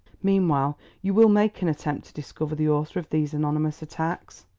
meanwhile you will make an attempt to discover the author of these anonymous attacks?